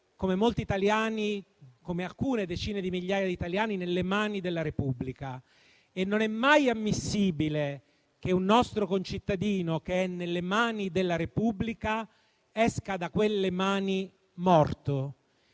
come alcune decine di migliaia di italiani, nelle mani della Repubblica e non è mai ammissibile che un nostro concittadino che è nelle mani della Repubblica esca da quelle mani morto.